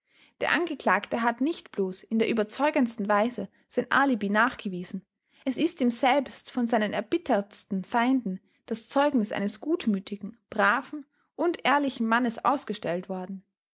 der angeklagte hat nicht bloß in der überzeugendsten weise sein alibi nachgewiesen es ist ihm selbst von seinen erbittertsten feinden das zeugnis eines gutmütigen braven und ehrlichen mannes ausgestellt worden